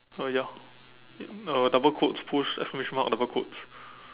uh ya uh double quotes push exclamation mark double quotes